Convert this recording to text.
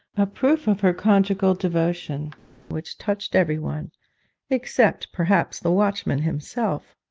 a proof of her conjugal devotion which touched everyone except perhaps the watchman himself.